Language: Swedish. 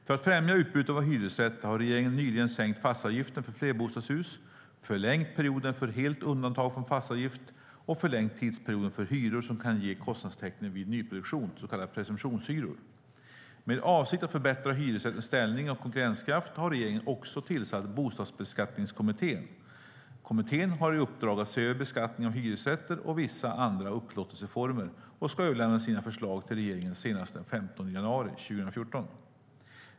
För att främja utbudet av hyresrätter har regeringen nyligen sänkt fastighetsavgiften för flerbostadshus, förlängt perioden för helt undantag från fastighetsavgift och förlängt tidsperioden för hyror som kan ge kostnadstäckning vid nyproduktion, så kallade presumtionshyror. Med avsikt att förbättra hyresrättens ställning och konkurrenskraft har regeringen också tillsatt Bostadsbeskattningskommittén . Kommittén har i uppdrag att se över beskattningen av hyresrätter och vissa andra upplåtelseformer och ska överlämna sina förslag till regeringen senast den 15 januari 2014.